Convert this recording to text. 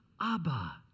Abba